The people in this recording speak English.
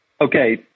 Okay